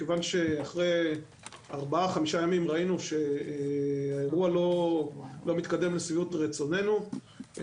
מכיוון שאחרי 4-5 ימים ראינו שהאירוע לא מתקדם לשביעות רצוננו,